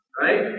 right